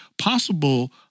possible